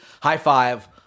high-five